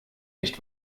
nicht